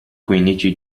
quindici